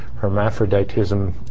hermaphroditism